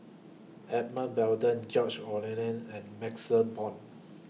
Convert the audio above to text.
Edmund Blundell George Oehlers and MaxLe Blond